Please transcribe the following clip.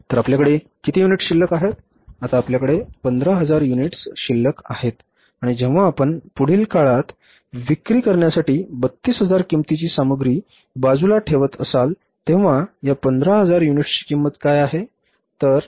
तर आपल्याकडे किती युनिट्स शिल्लक आहेत आता आपल्याकडे 15000 युनिट्स शिल्लक आहेत आणि जेव्हा आपण पुढील काळात विक्री करण्यासाठी 32000 किमतीची सामग्री बाजूला ठेवत असाल तेव्हा या 15000 युनिट्सची किंमत काय आहे